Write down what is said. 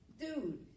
dude